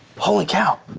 holy cow.